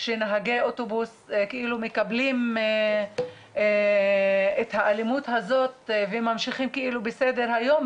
שנהגי אוטובוס מקבלים את האלימות הזאת וממשיכים בסדר היום,